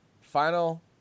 Final